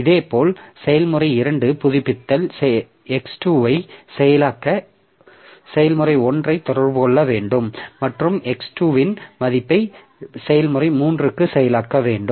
இதேபோல் செயல்முறை 2 புதுப்பித்தல் x2 ஐ செயலாக்க 1 ஐ தொடர்பு கொள்ள வேண்டும் மற்றும் x2 இன் மதிப்பை 3 செயலாக்க வேண்டும்